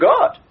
God